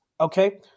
okay